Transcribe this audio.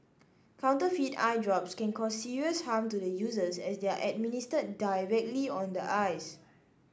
counterfeit eye drops can cause serious harm to the users as they are administered directly on the eyes